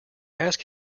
ask